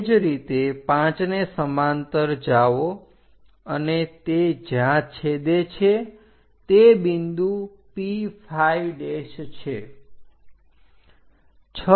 તે જ રીતે પાંચને સમાંતર જાઓ અને તે જ્યાં છેદે છે તે બિંદુ P5 છે